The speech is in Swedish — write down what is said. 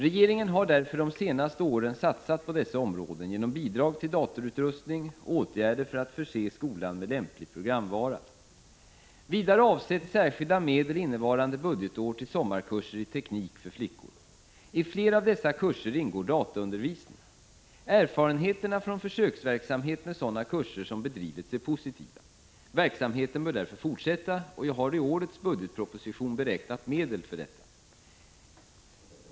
Regeringen har därför de senaste åren satsat på dessa områden genom bidrag till datorutrustning och åtgärder för att förse skolan med lämplig programvara. Vidare avsätts särskilda medel innevarande budgetår till sommarkurser i teknik för flickor. I flera av dessa kurser ingår dataundervisning. Erfarenheterna från försöksverksamhet med sådana kurser som bedrivits är positiva. Verksamheten bör därför fortsätta, och jag har i årets budgetproposition beräknat medel härför.